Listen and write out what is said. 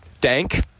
dank